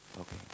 Okay